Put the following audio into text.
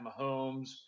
mahomes